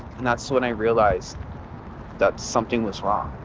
and that's when i realized that something was wrong.